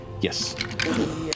yes